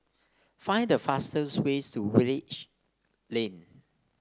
find the fastest ways to Woodleigh Lane